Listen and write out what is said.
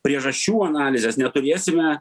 priežasčių analizės neturėsime